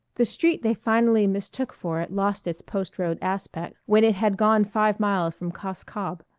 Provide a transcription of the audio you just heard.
the street they finally mistook for it lost its post-road aspect when it had gone five miles from cos cob.